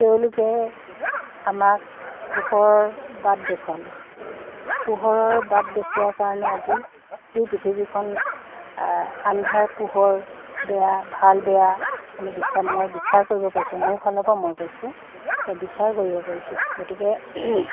তেওঁলোকে আমাক পোহৰৰ বাট দেখুৱালে পোহৰৰ বাট দেখুওৱা কাৰণে আজি এই পৃথিৱীখন আন্ধাৰ পোহৰ বেয়া ভাল বেয়া আমি বিচাৰ মই বিচাৰ কৰিব পাৰিছোঁ মোৰ ফালৰপৰা মই কৈছোঁ এই বিচাৰ কৰিব পাৰিছোঁ গতিকে